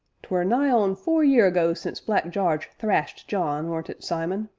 twere nigh on four year ago since black jarge thrashed john, weren't it, simon?